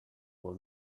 will